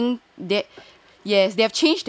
I think that